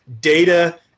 data